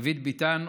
דוד ביטן,